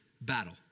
battle